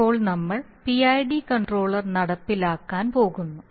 ഇപ്പോൾ നമ്മൾ PID controller നടപ്പിലാക്കാൻ പോകുന്നു